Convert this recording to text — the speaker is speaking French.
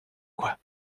quoi